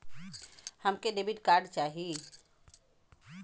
हमके debit card चाही?